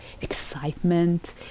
excitement